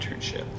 internship